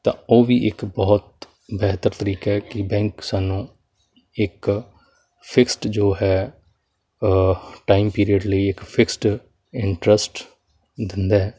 ਤਾਂ ਉਹ ਵੀ ਇੱਕ ਬਹੁਤ ਬਿਹਤਰ ਤਰੀਕਾ ਹੈ ਕਿ ਬੈਂਕ ਸਾਨੂੰ ਇੱਕ ਫਿਕਸਡ ਜੋ ਹੈ ਟਾਈਮ ਪੀਰੀਅਡ ਲਈ ਇੱਕ ਫਿਕਸਡ ਇੰਟਰਸਟ ਦਿੰਦਾ ਹੈ ਤਾਂ